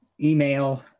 Email